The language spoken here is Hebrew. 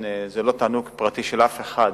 זה לא תענוג פרטי של אף אחד